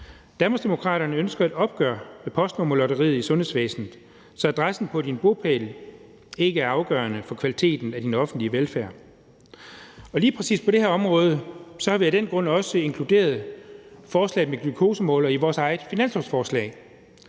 Danmarksdemokraterne ønsker et opgør med postnummerlotteriet i sundhedsvæsenet, så adressen på din bopæl ikke er afgørende for kvaliteten af den offentlige velfærd. Lige præcis på det her område har vi af den grund også inkluderet forslaget om glukosemålere i vores eget finanslovsforslag.